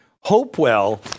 Hopewell